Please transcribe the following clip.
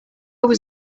was